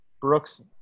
Brooks